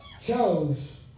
chose